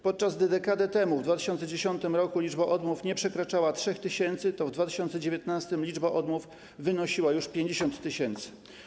Podczas gdy dekadę temu - w 2010 r. liczba odmów nie przekraczała 3 tys., to w 2019 liczba odmów wynosiła już 50 tys.